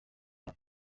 her